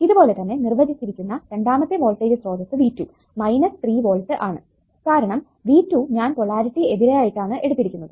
ഇതുപോലെ തന്നെ നിർവചിച്ചിരിക്കുന്ന രണ്ടാമത്തെ വോൾടേജ് സ്രോതസ്സ് V2 3 വോൾട്ട് ആണ് കാരണം V2 ഞാൻ പൊളാരിറ്റി എതിരായിട്ടാണ് എടുത്തിരിക്കുന്നത്